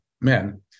men